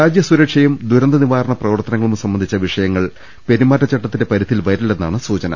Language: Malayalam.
രാജ്യസുരക്ഷയും ദുരന്തനിവാരണ പ്രവർത്ത നങ്ങളും സംബന്ധിച്ച വിഷയങ്ങൾ പെരുമാറ്റച്ചട്ടത്തിന്റെ പരിധിയിൽ വരില്ലെന്നാണ് സൂചന